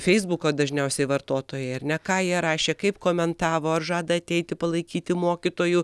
feisbuko dažniausiai vartotojai ar ne ką jie rašė kaip komentavo ar žada ateiti palaikyti mokytojų